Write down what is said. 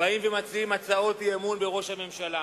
באים ומציעים הצעות אי-אמון בראש הממשלה,